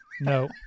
No